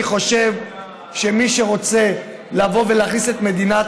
אני חושב שמי שרוצה להכניס את מדינת